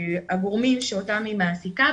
מהגורמים שאותם היא מעסיקה,